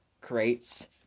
crates